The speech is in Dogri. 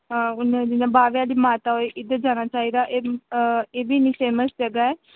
हून जियां बावे आह्ली माता होई इद्धर जाना चाहिदा एह् एह् बी इन्नी फेमस जगह ऐ